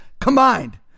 combined